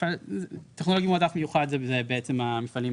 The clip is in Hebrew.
מפעל טכנולוגי מועדף מיוחד זה בעצם המפעלים